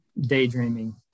daydreaming